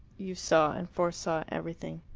you saw and foresaw everything.